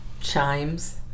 Chimes